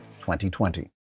2020